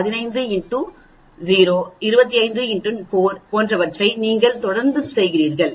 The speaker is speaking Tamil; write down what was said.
15 x 0 25 x 4 போன்றவற்றை நீங்கள் தொடர்ந்து செய்கிறீர்கள்